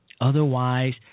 Otherwise